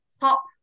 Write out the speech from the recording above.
top